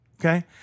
Okay